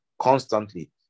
constantly